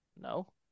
No